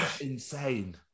insane